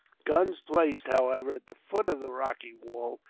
guns placed, however, at the foot of the rocky wall,